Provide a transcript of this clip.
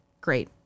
great